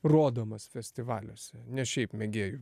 rodomas festivaliuose ne šiaip mėgėjų